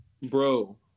Bro